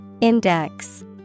Index